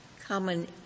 common